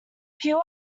pure